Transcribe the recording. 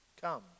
Come